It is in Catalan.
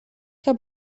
que